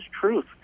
truth